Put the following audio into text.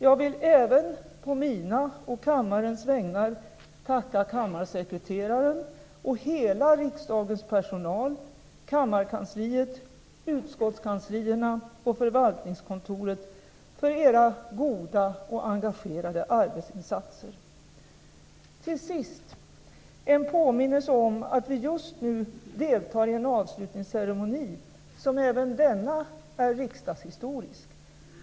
Jag vill även på mina och kammarens vägnar tacka kammarsekreteraren och hela riksdagens personal, kammarkansliet, utskottskanslierna och förvaltningskontoret för era goda och engagerade arbetsinsatser. Till sist, en påminnelse om att vi just nu deltar i en avslutningsceremoni, som även denna är riksdagshistorisk.